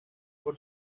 por